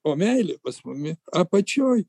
o meilė pas mumi apačioj